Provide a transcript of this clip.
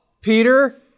Peter